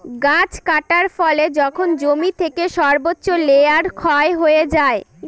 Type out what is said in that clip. গাছ কাটার ফলে যখন জমি থেকে সর্বোচ্চ লেয়ার ক্ষয় হয়ে যায়